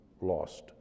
lost